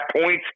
points